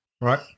right